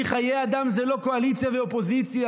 כי חיי אדם זה לא קואליציה ואופוזיציה,